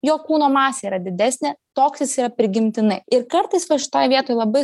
jo kūno masė yra didesnė toks jis yra prigimtinai ir kartais va šitoj vietoj labai